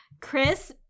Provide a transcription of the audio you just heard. Chris